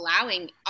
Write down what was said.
allowing